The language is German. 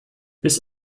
bis